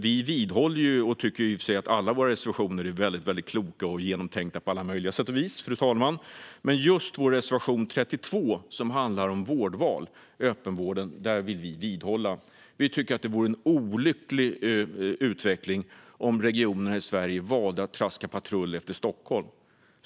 Vi tycker i och för sig att alla våra reservationer är väldigt kloka och genomtänkta på alla möjliga sätt och vis, fru talman. Men vi yrkar bifall till just vår reservation 32, som handlar om vårdval i öppenvården. Vi tycker att det vore en olycklig utveckling om regionerna i Sverige valde att traska patrull efter Stockholm.